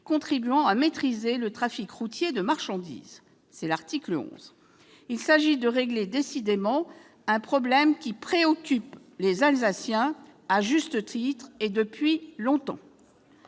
contribuant à maîtriser le trafic routier de marchandises- c'est l'objet de l'article 11. Il s'agit ainsi de régler définitivement un problème qui préoccupe les Alsaciens à juste titre et depuis longtemps.